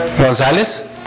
González